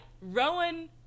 Rowan